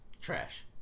trash